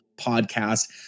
podcast